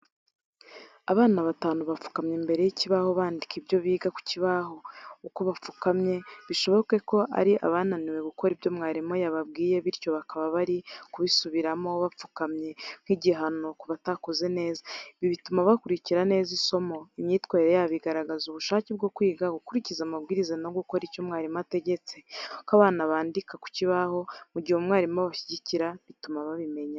Abana batanu bapfukamye imbere y’ikibaho, bandika ibyo biga ku kibaho. Uko bapfukamyebishobokeko ari abananiwe gukora ibyo mwarimu yababwiye bityo bakaba bari kubibasubirishamo bapfukamye nk'igihano ku batakoze neza. Ibi bituma bakurikira neza isomo. Imyitwarire yabo igaragaza ubushake bwo kwiga, gukurikiza amabwiriza no gukora ibyo mwarimu ategetse. Uko abana bandika ku kibaho, mu gihe umwarimu abashyigikira bituma babimenya.